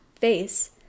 face